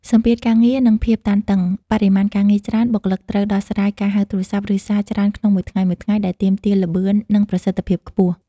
សម្ពាធការងារ និងភាពតានតឹង បរិមាណការងារច្រើន បុគ្គលិកត្រូវដោះស្រាយការហៅទូរស័ព្ទ (ឬសារ) ច្រើនក្នុងមួយថ្ងៃៗ ដែលទាមទារល្បឿន និងប្រសិទ្ធភាពខ្ពស់។